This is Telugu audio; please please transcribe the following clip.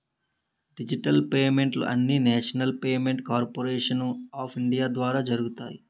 డిజిటల్ పేమెంట్లు అన్నీనేషనల్ పేమెంట్ కార్పోరేషను ఆఫ్ ఇండియా ద్వారా జరుగుతాయి